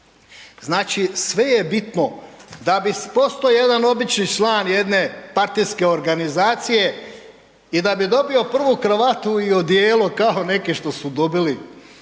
znači sve je bitno, da bi posto jedan obični član jedne partijske organizacije i da bi dobio prvu kravatu i odijelu kao neki što su dobili,